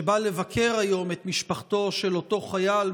שבא לבקר היום את משפחתו של אותו חייל,